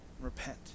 Repent